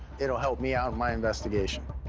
it'll help me out in my investigation.